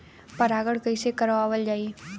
परागण कइसे करावल जाई?